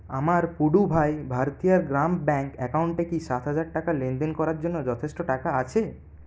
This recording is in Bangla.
আমার পুডুভাই ভারথিয়ার গ্রাম ব্যাঙ্ক অ্যাকাউন্টে কি সাত হাজার টাকা লেনদেন করার জন্য যথেষ্ট টাকা আছে